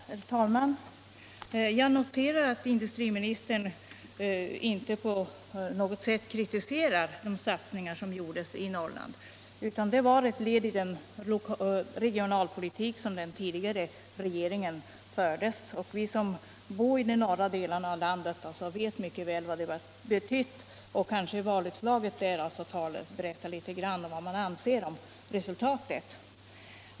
Herr talman! Jag noterar att industriministern inte på något sätt kritiserar de satsningar som gjordes i Norrland; de var ett led i den regionalpolitik som den tidigare regeringen förde. Vi som bor i de norra delarna av landet vet mycket väl vad de har betytt, och kanske valutslaget där berättar litet grand om vad man anser om resultatet.